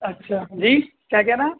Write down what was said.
اچھا جی کیا کہنا ہے